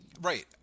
Right